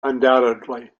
undoubtedly